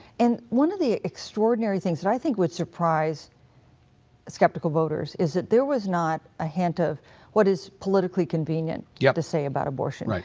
and one of the extraordinary things that i think would surprise skeptical voters, is that there was not a hint of what is politically convenient yeah to say about abortion. like